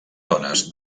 dones